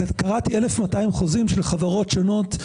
קראתי 1,200 חוזים של חברות שונות,